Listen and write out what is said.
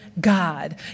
God